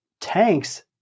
tanks